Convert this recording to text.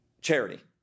charity